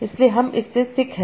इसलिए हम इससे सिक हैं